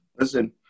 Listen –